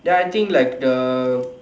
ya I think like the